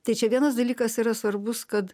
tai čia vienas dalykas yra svarbus kad